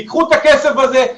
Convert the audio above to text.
תיקחו את הכסף הזה,